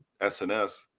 SNS